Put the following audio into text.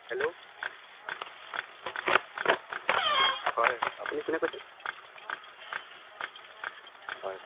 hello হয় আপুনি কোনে কৈছে হয়